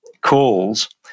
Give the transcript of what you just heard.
calls